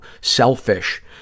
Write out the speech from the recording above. selfish